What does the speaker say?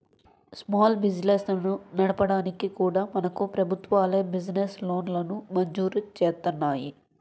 small బిజినెస్లను నడపడానికి కూడా మనకు ప్రభుత్వాలే బిజినెస్ లోన్లను మంజూరు జేత్తన్నాయి